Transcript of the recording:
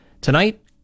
Tonight